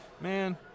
man